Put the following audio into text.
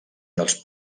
dels